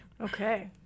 Okay